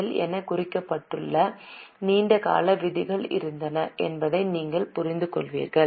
L எனக் குறிக்கப்பட்ட நீண்ட கால விதிகள் இருந்தன என்பதை நீங்கள் புரிந்துகொள்வீர்கள்